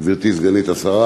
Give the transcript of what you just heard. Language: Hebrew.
גברתי סגנית השר,